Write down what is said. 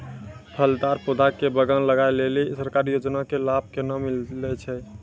फलदार पौधा के बगान लगाय लेली सरकारी योजना के लाभ केना मिलै छै?